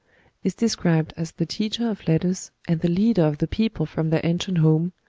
is described as the teacher of letters, and the leader of the people from their ancient home.